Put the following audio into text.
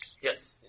Yes